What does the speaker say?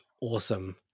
awesome